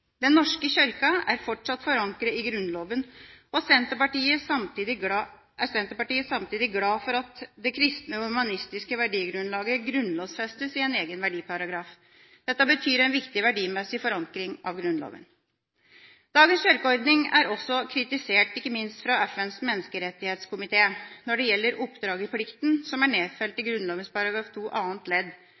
Den norske kirke er fortsatt forankret i Grunnloven, og Senterpartiet er samtidig glad for at det kristne og humanistiske verdigrunnlaget grunnlovfestes i en egen verdiparagraf. Dette betyr en viktig verdimessig forankring av Grunnloven. Dagens kirkeordning er også kritisert, ikke minst fra FNs menneskerettighetskomité, når det gjelder oppdragerplikten som er nedfelt i Grunnloven § 2 annet ledd,